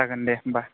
जागोन दे होनबा